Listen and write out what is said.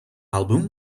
album